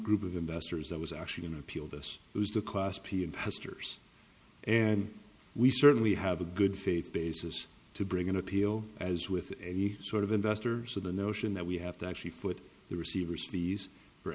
group of investors that was actually in appeal this was the class peon pesters and we certainly have a good faith basis to bring an appeal as with any sort of investor so the notion that we have to actually foot the receiver species for